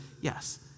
yes